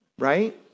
right